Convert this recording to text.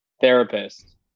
therapist